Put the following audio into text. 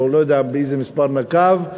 או לא יודע באיזה מספר נקב,